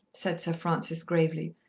said sir francis gravely,